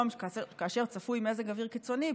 כאשר צפוי מזג אוויר קיצוני,